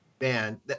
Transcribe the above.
man